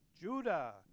Judah